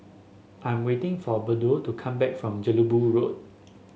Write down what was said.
I am waiting for Bode to come back from Jelebu Road